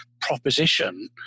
proposition